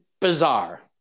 bizarre